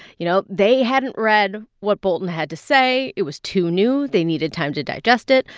you know, they hadn't read what bolton had to say. it was too new. they needed time to digest it.